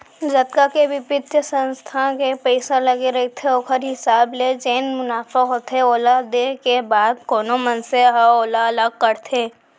जतका के बित्तीय संस्था के पइसा लगे रहिथे ओखर हिसाब ले जेन मुनाफा होथे ओला देय के बाद कोनो मनसे ह ओला अलग कर देथे